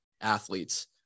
athletes